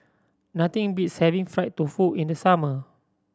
nothing beats having fried tofu in the summer